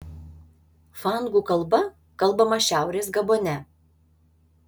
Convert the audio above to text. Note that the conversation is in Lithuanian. fangų kalba kalbama šiaurės gabone